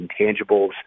intangibles